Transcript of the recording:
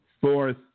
fourth